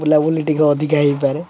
ବୁଲାବୁଲି ଟିକେ ଅଧିକ ହେଇପାରେ